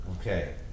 Okay